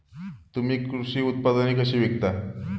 तुम्ही कृषी उत्पादने कशी विकता?